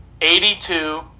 Eighty-two